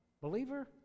believer